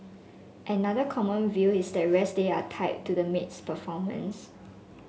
another common view is that rest day are tied to the maid's performance